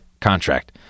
contract